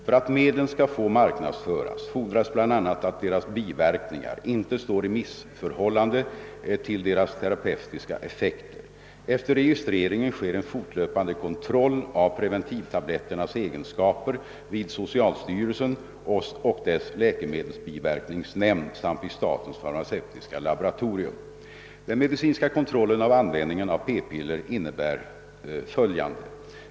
För att medlen skall få marknadsföras fordras bl.a. att deras biverkningar inte står i missförhållande till deras terapeutiska effekter. Efter registreringen sker en fortlöpande kontroll av preventivtabletternas egenskaper vid socialstyrelsen och dess läkemedelsbiverkningsnämnd samt vid statens farmaceutiska laboratorium. Den medicinska kontrollen av användningen av p-piller innebär följande.